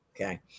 Okay